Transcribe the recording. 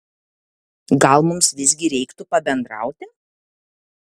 gal mums visgi reiktų pabendrauti